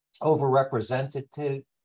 overrepresented